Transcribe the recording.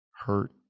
hurt